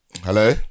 Hello